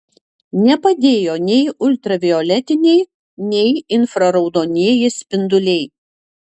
nepadėjo nei ultravioletiniai nei infraraudonieji spinduliai